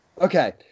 Okay